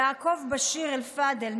יעקוב באשיר אלפדל,